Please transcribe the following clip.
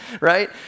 right